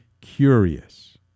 curious